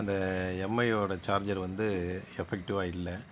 அந்த எம்ஐயோடய சார்ஜர் வந்து எஃபக்டிவாக இல்லை